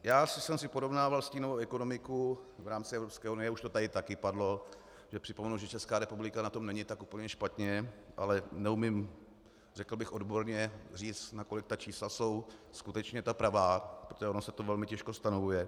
Co jsem si porovnával stínovou ekonomiku v rámci Evropské unie, už to tady také padlo, připomenu, že Česká republika na tom není tak úplně špatně, ale neumím řekl bych odborně říct, nakolik ta čísla jsou skutečně ta pravá, protože ono se to velmi těžko stanovuje.